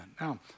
Now